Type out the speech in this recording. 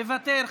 מוותר,